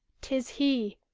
tis he!